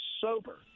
sober